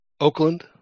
Oakland